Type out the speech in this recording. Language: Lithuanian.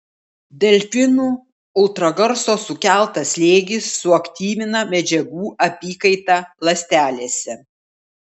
delfinų ultragarso sukeltas slėgis suaktyvina medžiagų apykaitą ląstelėse